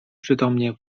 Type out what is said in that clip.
przytomnie